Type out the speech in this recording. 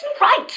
right